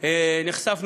מסיים.